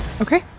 Okay